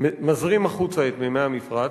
מזרים החוצה את מימי המפרץ.